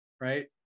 right